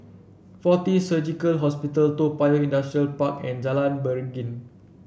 Fortis Surgical Hospital Toa Payoh Industrial Park and Jalan Beringin